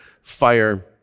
fire